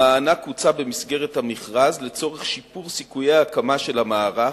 המענק הוצע במסגרת המכרז לצורך שיפור סיכויי ההקמה של המערך,